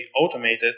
automated